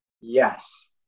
yes